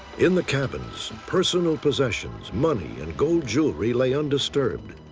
in the cabins, personal possessions, money, and gold jewelry lay undisturbed,